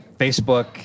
Facebook